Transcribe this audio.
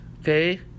okay